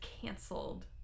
canceled